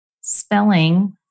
spelling